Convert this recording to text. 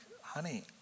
honey